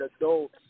adults